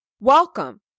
welcome